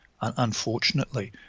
Unfortunately